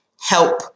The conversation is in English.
help